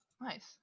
Nice